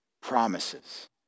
promises